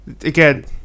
again